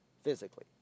physically